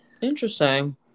Interesting